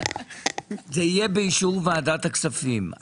זה יהיה באישור ועדת הכספים.